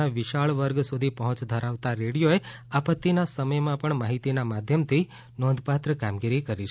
સમાજના વિશાળ વર્ગ સુધી પહોંચ ધરાવતા રેડીયોએ આપત્તિના સમયમાં પણ માહિતીના માધ્યમથી નોંધપાત્ર કામગીરી કરી છે